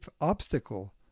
obstacle